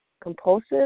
compulsive